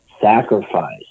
sacrifice